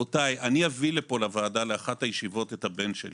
אני אביא לאחת הישיבות את הבן שלי